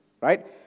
right